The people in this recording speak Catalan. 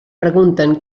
pregunten